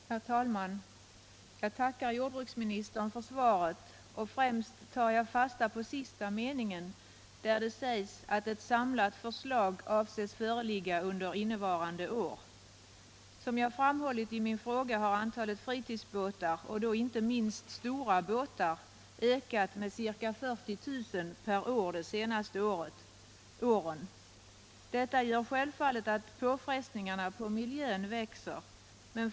Herr talman! Jag tackar jordbruksministern för svaret. Främst tar jag fasta på den sista meningen, där det står att ett samlat förslag avses föreligga under innevarande år. Som jag framhållit i min fråga har antalet fritidsbåtar, inte minst stora båtar, ökat med ca 40 000 per år under de senaste åren. Detta gör självfallet att påfrestningarna på miljön växer.